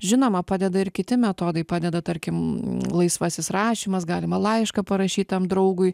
žinoma padeda ir kiti metodai padeda tarkim laisvasis rašymas galima laišką parašyt tam draugui